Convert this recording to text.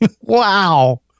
wow